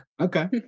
Okay